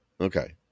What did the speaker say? Okay